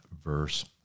verse